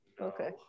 Okay